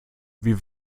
wir